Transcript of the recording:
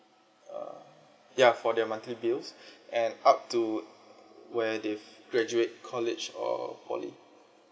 uh ya for the monthly bills and up to where they've graduate college or poly